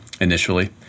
initially